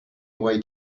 way